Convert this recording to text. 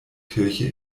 kirche